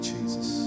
Jesus